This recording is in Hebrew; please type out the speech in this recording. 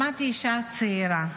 שמעתי אישה צעירה,